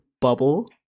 bubble